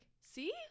See